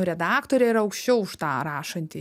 redaktorė yra aukščiau už tą rašantį